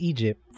Egypt